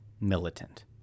militant